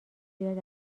زیاد